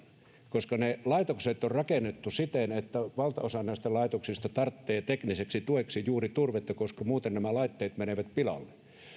koska ne laitokset on rakennettu siten että valtaosa niistä tarvitsee tekniseksi tueksi juuri turvetta koska muuten laitteet menevät pilalle